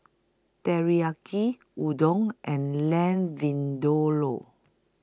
Teriyaki Udon and Lamb Vindaloo